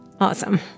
Awesome